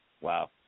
Wow